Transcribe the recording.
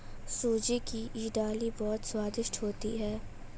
सूजी की इडली बहुत स्वादिष्ट होती है